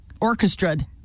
orchestrated